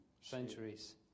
centuries